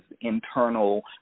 internal